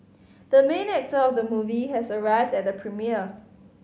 the main actor of the movie has arrived at the premiere